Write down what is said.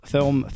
Film